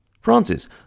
Francis